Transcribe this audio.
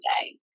day